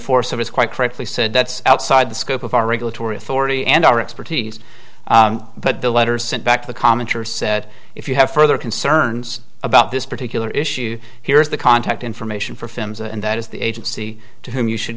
force of us quite correctly said that's outside the scope of our regulatory authority and our expertise but the letter sent back to the commenter said if you have further concerns about this particular issue here's the contact information for films and that is the agency to whom you should